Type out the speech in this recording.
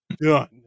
done